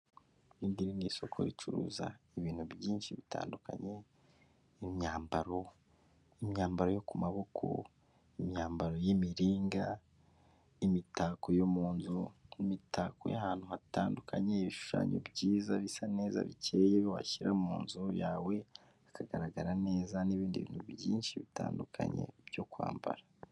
Iri ni isoko ricuruza ibintu byinshi bitandukanye, imyambaro, imyambaro yo ku maboko imyambaro y'imiringa imitako yo mu nzu n'imitako y'ahantu hatandukanye, ibishushanyo byiza bisa neza bikeye washyira mu nzu yawe, bikagaragara neza n'ibindi bintu byinshi bitandukanye byo kwambara.